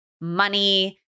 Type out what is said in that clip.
money